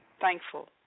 thankful